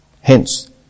hence